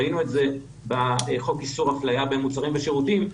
ראינו את זה בחוק איסור אפליה במוצרים ושירותים,